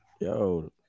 Yo